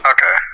Okay